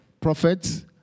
prophets